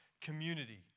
community